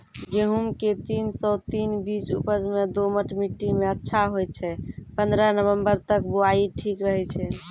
गेहूँम के तीन सौ तीन बीज उपज मे दोमट मिट्टी मे अच्छा होय छै, पन्द्रह नवंबर तक बुआई ठीक रहै छै